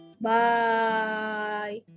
bye